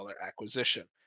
acquisition